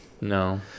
No